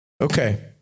Okay